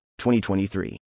2023